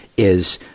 is,